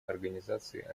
организации